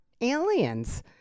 aliens